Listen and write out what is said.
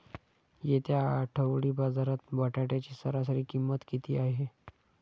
येत्या आठवडी बाजारात बटाट्याची सरासरी किंमत किती आहे?